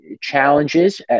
challenges